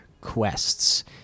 quests